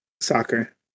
soccer